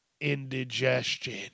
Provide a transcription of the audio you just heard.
indigestion